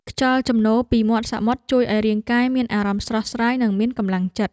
ខ្យល់ជំនោរពីមាត់សមុទ្រជួយឱ្យរាងកាយមានអារម្មណ៍ស្រស់ស្រាយ និងមានកម្លាំងចិត្ត។